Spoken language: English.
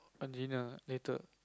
dinner later